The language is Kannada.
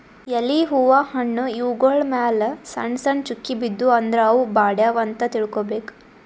ಎಲಿ ಹೂವಾ ಹಣ್ಣ್ ಇವ್ಗೊಳ್ ಮ್ಯಾಲ್ ಸಣ್ಣ್ ಸಣ್ಣ್ ಚುಕ್ಕಿ ಬಿದ್ದೂ ಅಂದ್ರ ಅವ್ ಬಾಡ್ಯಾವ್ ಅಂತ್ ತಿಳ್ಕೊಬೇಕ್